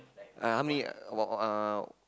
uh how many about uh uh